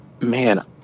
man